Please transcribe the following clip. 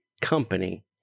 company